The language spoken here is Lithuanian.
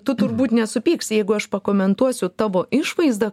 tu turbūt nesupyksi jeigu aš pakomentuosiu tavo išvaizdą